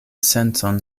sencon